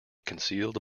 concealed